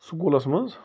سکوٗلَس منٛز